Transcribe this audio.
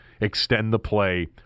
extend-the-play